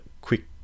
quick